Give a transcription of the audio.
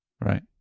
Right